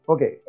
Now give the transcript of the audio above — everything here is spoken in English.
Okay